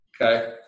Okay